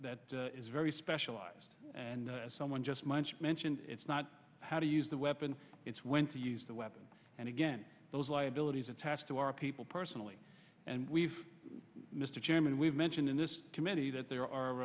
that is very specialized and someone just munch mentioned it's not how to use the weapon it's when to use the weapon and again those liabilities attached to people personally and we've mr chairman we've mentioned in this committee that there